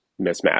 mismatch